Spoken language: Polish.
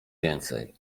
więcej